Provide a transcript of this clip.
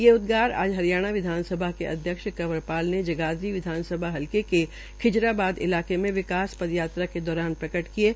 ये उद्गगार आज हरियाणा विधानसभा के अध्यक्ष कंवर शाल ने जगाधरी विधानसभा हलके के खिजराबाद इलाके के विकास श्रद यात्रा के दौरान प्रकट किये